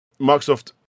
Microsoft